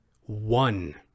one